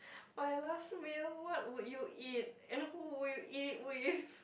for your last meal what would you eat and who would you eat with